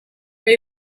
are